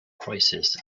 crisis